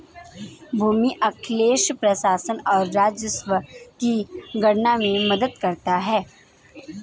भूमि अभिलेख प्रशासन और राजस्व की गणना में मदद करता है